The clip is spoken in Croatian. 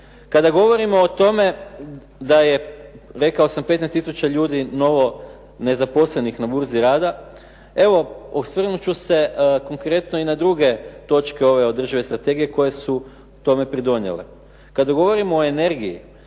Kada govorimo o tome da je, rekao sam 15 tisuća ljudi novo nezaposlenih na burzi rada. Evo osvrnut ću se konkretno i na druge točke ove održive strategije koje su tome pridonijele. Kada govorimo o energiji,